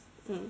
mm